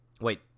Wait